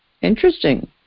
Interesting